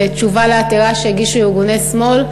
בתשובה לעתירה שהגישו ארגוני שמאל,